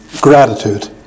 gratitude